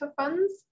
funds